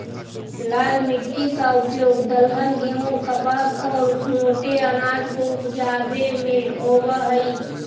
लाल मिट्टी का उपयोग दलहन, गेहूं, कपास और मोटे अनाज को उपजावे में होवअ हई